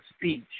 speech